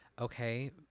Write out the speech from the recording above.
okay